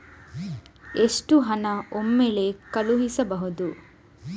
ಎಷ್ಟು ಹಣ ಒಮ್ಮೆಲೇ ಕಳುಹಿಸಬಹುದು?